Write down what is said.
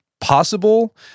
possible